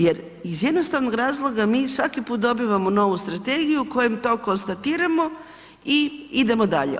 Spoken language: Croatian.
Jer iz jednostavnog razloga mi svaki put dobivamo novu strategiju kojom to konstatiramo i idemo dalje.